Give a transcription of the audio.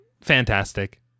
fantastic